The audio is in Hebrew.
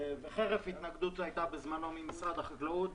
וחרף התנגדות שהייתה בזמנו ממשרד החקלאות,